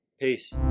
peace